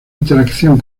interacción